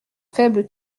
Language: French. faible